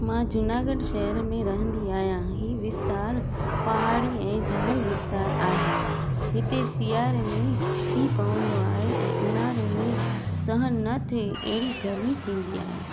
मां जूनागढ़ शहर में रहंदी आ्यांहि हीउ विस्तारु पहाड़ी ऐं जंगल विस्तारु आहे हिते सीयारे में सीउ पवंदो आहे ऐं उन्हारे में सहनु न थिए अहिड़ी गर्मी थींदी आहे